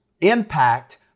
impact